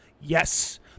yes